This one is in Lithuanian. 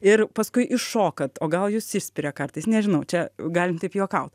ir paskui iššokat o gal jus išspiria kartais nežinau čia galim taip juokaut